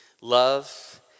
Love